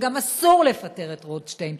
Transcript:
וגם אסור לפטר את רוטשטיין.